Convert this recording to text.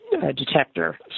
detector